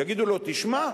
יגידו לו: תשמע,